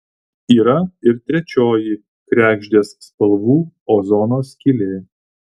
yra ir trečioji kregždės spalvų ozono skylė